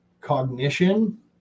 cognition